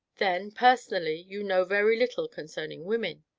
then personally you know very little concerning women?